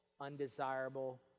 undesirable